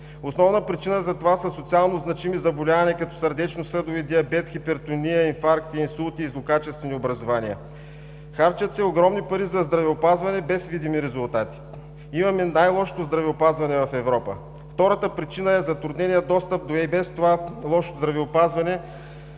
Основна причина за това са социално значими заболявания – сърдечно-съдови, диабет, хипертония, инфаркти, инсулти и злокачествени образования. Харчат се огромни пари за здравеопазване без видими резултати. Имаме най-лошото здравеопазване в Европа. Втората причина е затрудненият достъп до и без това лошо здравеопазване